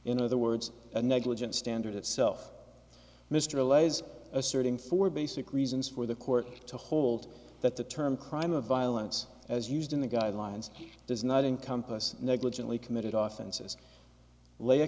in other words a negligent standard itself mr lay's asserting for basic reasons for the court to hold that the term crime of violence as used in the guidelines does not encompass negligently committed often says la